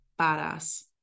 badass